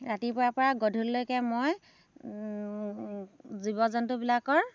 ৰাতিপুৱাৰ পৰা গধূলিলৈকে মই জীৱ জন্তুবিলাকৰ